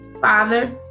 Father